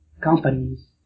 companies